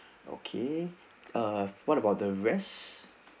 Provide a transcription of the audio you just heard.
okay err what about the rest